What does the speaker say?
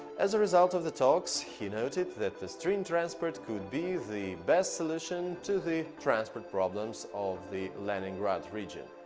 as a result of the talks, he noted that the string transport could be the best solution to the transport problems of the leningrad region.